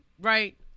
right